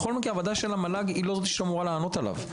בכל מקרה הוועדה של המל"ג היא לא זו שאמורה לענות על זה,